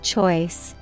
Choice